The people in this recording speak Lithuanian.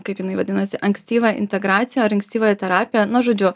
kaip jinai vadinasi ankstyvą integraciją ar ankstyvąją terapiją nu žodžiu